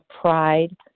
pride